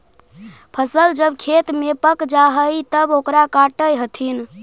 फसल जब खेत में पक जा हइ तब ओकरा काटऽ हथिन